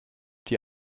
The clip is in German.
die